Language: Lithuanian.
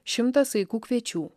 šimtą saikų kviečių